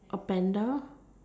a panda